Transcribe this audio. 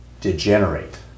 degenerate